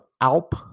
alp